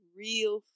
real